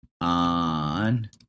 on